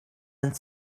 and